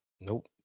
Nope